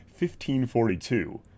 1542